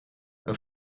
een